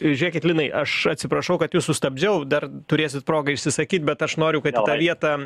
žiūrėkit linai aš atsiprašau kad jus sustabdžiau dar turėsit progą išsisakyti bet aš noriu kad į tą vietą